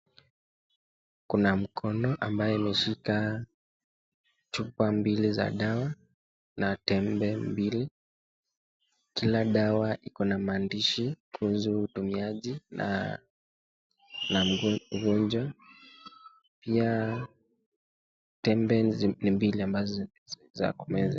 Kuna mkono ambayo umeshika chupa mbili za dawa na tembe mbili. Kila dawa iko na maandishikuhusu utumiaji na na vunja, pia tembe ni mbili ambazo za kumeza.